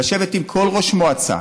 לשבת עם כל ראש מועצה,